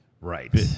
Right